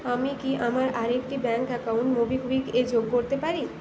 আমি কি আমার আরেকটি ব্যাঙ্ক অ্যাকাউন্ট মোবিকুইক এ যোগ করতে পারি